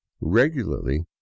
Regularly